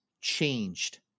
changed